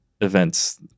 events